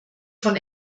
von